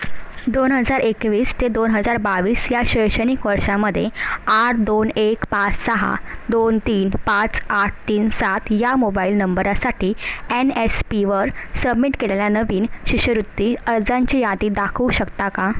दोन हजार एकवीस ते दोन हजार बावीस या शैक्षणिक वर्षामध्ये आठ दोन एक पाच सहा दोन तीन पाच आठ तीन सात या मोबाइल नंबरासाठी एन एस पीवर सबमिट केलेल्या नवीन शिष्यवृत्ती अर्जांची यादी दाखवू शकता का